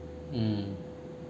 mm